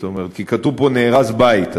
כי כתוב פה "נהרס בית".